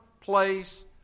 place